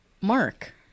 Mark